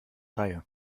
reihe